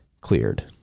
cleared